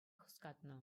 хускатнӑ